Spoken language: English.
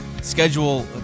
schedule